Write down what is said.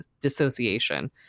dissociation